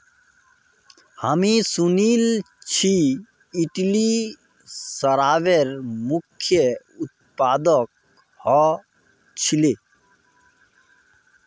हामी सुनिल छि इटली शराबेर मुख्य उत्पादक ह छिले